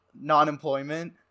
non-employment